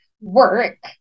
Work